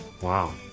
Wow